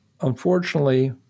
unfortunately